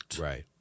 Right